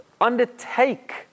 undertake